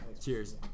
Cheers